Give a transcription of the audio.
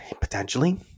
potentially